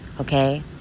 okay